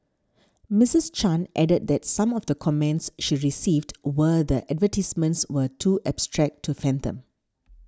Misses Chan added that some of the comments she received were that advertisements were too abstract to fathom